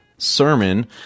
sermon